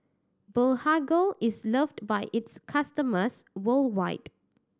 Blephagel is loved by its customers worldwide